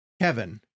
kevin